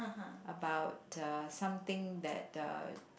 about a something that a